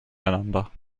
einander